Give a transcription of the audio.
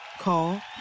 Call